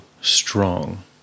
strong